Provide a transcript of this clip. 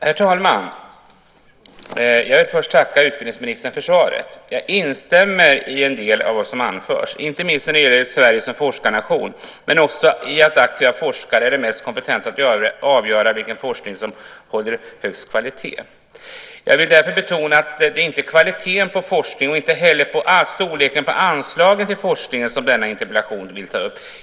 Herr talman! Jag vill först tacka utbildningsministern för svaret. Jag instämmer i en del av vad som anförts, inte minst när det gäller Sverige som forskarnation men också i att aktiva forskare är de som är mest kompetenta att avgöra vilken forskning som håller högst kvalitet. Jag vill betona att det inte är kvaliteten på forskningen och inte heller storleken på anslagen till forskning som denna interpellation tar upp.